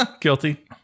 Guilty